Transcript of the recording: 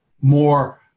more